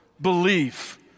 belief